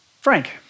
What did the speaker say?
Frank